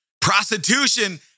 Prostitution